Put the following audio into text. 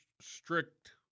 strict